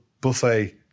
buffet